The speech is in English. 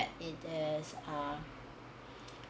~at there's ah